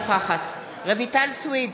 אינה נוכחת רויטל סויד,